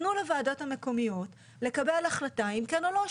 תנו לוועדות המקומיות לקבל החלטה אם כן או לא,